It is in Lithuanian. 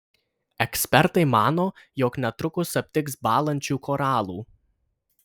ekspertai mano jog netrukus aptiks bąlančių koralų